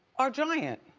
our giant.